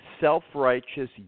self-righteous